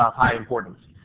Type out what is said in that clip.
ah high importance.